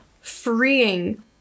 freeing